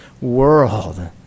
world